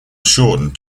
shortened